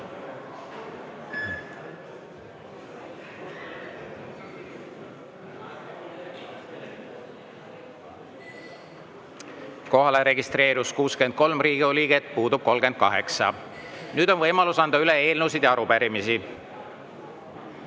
Kohalolijaks registreerus 63 Riigikogu liiget, puudub 38.Nüüd on võimalus anda üle eelnõusid ja arupärimisi.